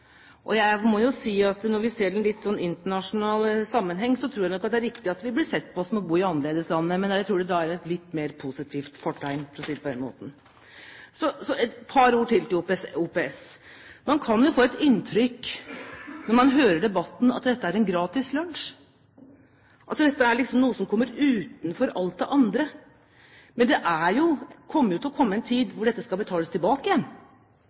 u-land. Jeg må si at når vi ser det i en litt internasjonal sammenheng, tror jeg nok det er riktig at vi blir sett på som at vi bor i annerledeslandet. Men jeg tror det da er med et litt mer positivt fortegn, for å si det på den måten. Så et par ord om OPS. Man kan få inntrykk av, når man hører debatten, at dette er en gratis lunsj, at dette er noe som kommer utenom alt det andre. Men det kommer til å komme en tid da dette skal betales tilbake igjen.